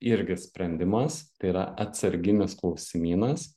irgi sprendimas tai yra atsarginis klausimynas